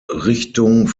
richtung